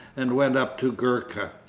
and went up to gurka.